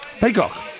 Peacock